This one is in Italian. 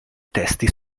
testi